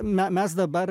me mes dabar